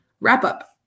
wrap-up